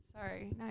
Sorry